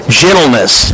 gentleness